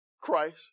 Christ